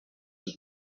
and